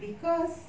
because